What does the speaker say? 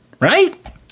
Right